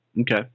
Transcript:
Okay